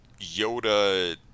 Yoda